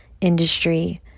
industry